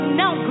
now